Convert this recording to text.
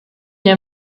hier